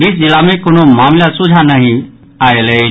बीस जिला मे कोनो मामिला सोझा नहि आयल अछि